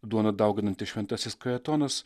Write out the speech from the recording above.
duoną dauginantis šventasis kajetonas